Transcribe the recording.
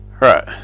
right